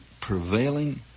prevailing